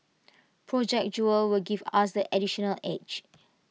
project jewel will give us this additional edge